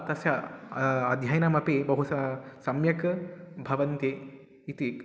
तस्य अध्ययनमपि बहु सम्यक् भवन्ति इति